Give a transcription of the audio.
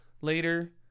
later